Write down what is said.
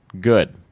Good